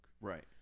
Right